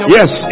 yes